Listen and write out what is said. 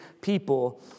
people